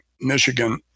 Michigan